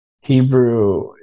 Hebrew